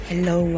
Hello